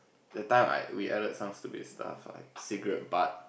that time I we added some stupid stuff like cigarette butt